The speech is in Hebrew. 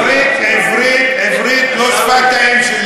עברית לא שפת האם שלי.